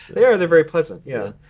they're they're very pleasant, yeah.